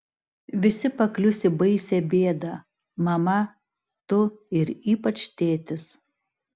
visi paklius į baisią bėdą mama tu ir ypač tėtis